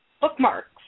bookmarks